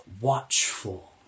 watchful